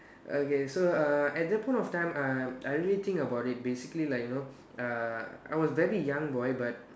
okay so uh at that point of time uh I really think about it basically like you know uh I was very young boy but